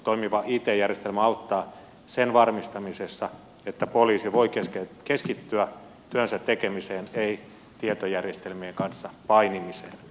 toimiva it järjestelmä auttaa sen varmistamisessa että poliisi voi keskittyä työnsä tekemiseen ei tietojärjestelmien kanssa painimiseen